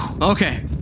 Okay